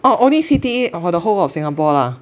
orh only C_T_E or the whole of singapore lah